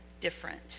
different